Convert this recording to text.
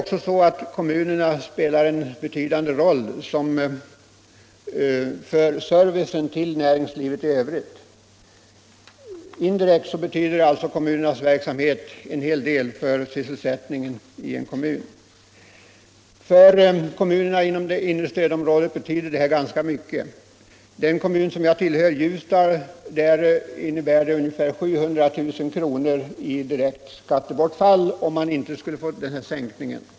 Kommunerna spelar också en betydande roll för servicen till näringslivet i övrigt. Även indirekt betyder alltså kommunernas egen verksamhet en hel del för sysselsättningen. För kommunerna inom det inre stödområdet betyder en nedsättning av arbetsgivaravgiften ganska mycket. För den kommun som jag tillhör, Ljusdal, skulle det innebära ett inkomstbortfall av ungefär 700 000 kr. om man inte får någon sänkning.